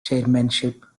chairmanship